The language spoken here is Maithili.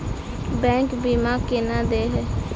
बैंक बीमा केना देय है?